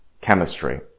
chemistry